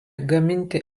gaminti